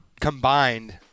combined